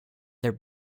their